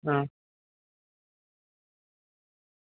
હ